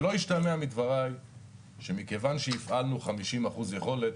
שלא ישתמע מדבריי שמכיוון שהפעלנו 50% יכולת,